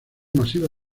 masiva